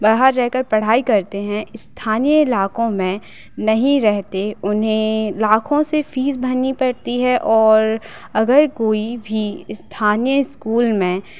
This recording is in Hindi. बाहर रह कर पढ़ाई करते हैं स्थानीय इलाकों में नहीं रहते उन्हें लाखों से फीस भरनी पड़ती है और अगर कोई भी स्थानीय स्कूल में